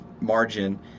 margin